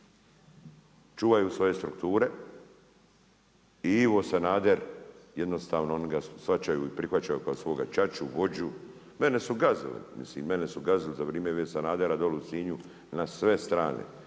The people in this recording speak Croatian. Čuvaju svoje strukture i Ivo Sanader, jednostavno, oni ga shvaćaju i prihvaćaju kao svoga ćaću, vođu. Mene su gazili, mislim mene su gazili za vrime Ive Sanadera dole u Sinju na sve strane.